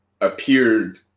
appeared